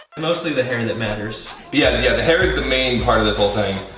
mostly the hair and that matters. yeah yeah the hair is the main part of this whole thing.